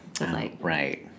right